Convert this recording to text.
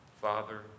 Father